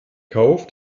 kauf